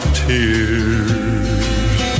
tears